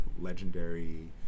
legendary